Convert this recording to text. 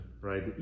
right